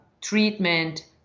treatment